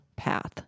Path